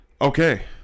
Okay